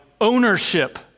ownership